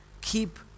Keep